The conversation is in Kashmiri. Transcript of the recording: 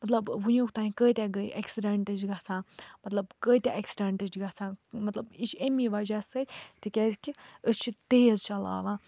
مطلب وٕنۍ نیُک تانۍ کٕتیٛاہ گٔے اٮ۪کسِڈنٛٹ چھِ گَژھان مطلب کٕتیٛاہ اٮ۪کسِڈنٛٹ چھِ گَژھان مطلب یہِ چھِ امی وَجہ سۭتۍ تِکیٛازِکہِ أسۍ چھِ تیز چَلاوان